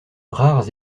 rares